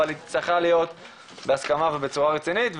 אבל היא צריכה להיות בהסכמה ובצורה רצינית.